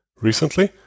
recently